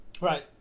Right